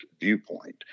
viewpoint